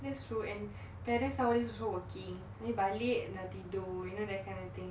that's true and parents nowadays also working abeh balik dah tidur you know that kind of thing